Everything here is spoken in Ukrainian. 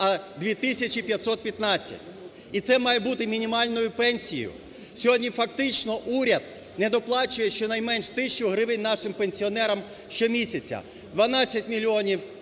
а 2 тисячі 515. І це має бути мінімальною пенсією. Сьогодні фактично уряд не доплачує щонайменш тисячу гривень нашим пенсіонерам щомісяця. 12 мільйонів